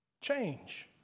change